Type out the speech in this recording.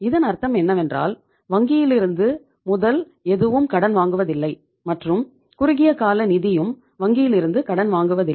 இதன் அர்த்தம் என்னவென்றால் வங்கியிலிருந்து முதல் எதுவும் கடன் வாங்குவதில்லை மற்றும் குறுகிய கால நிதியும் வங்கியிலிருந்து கடன் வாங்குவதில்லை